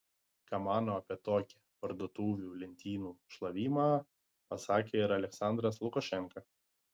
ką mano apie tokį parduotuvių lentynų šlavimą pasakė ir aliaksandras lukašenka